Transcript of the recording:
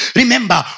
Remember